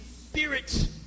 spirit